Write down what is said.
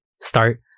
start